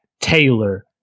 Taylor